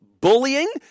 bullying